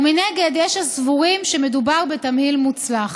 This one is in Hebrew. ומנגד יש הסבורים שמדובר בתמהיל מוצלח.